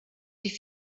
die